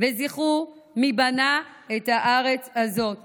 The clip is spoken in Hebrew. וזכרו מי בנה את הארץ הזאת,